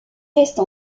reste